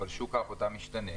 אבל שוק העבודה משתנה,